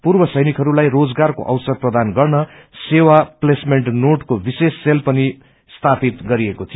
पूर्व सैनिकहरूलाई रोजगारको अवसर प्रदान गन्न सेवा प्लेसमेन्ट नोडाको विशेष सेल पनि स्थापित गरिएको थियो